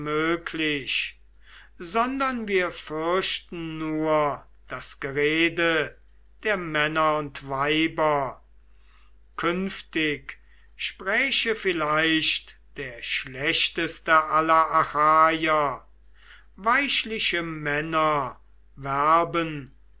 sondern wir fürchten nur das gerede der männer und weiber künftig spräche vielleicht der schlechteste aller achaier weichliche männer werben